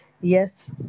Yes